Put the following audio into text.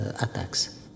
attacks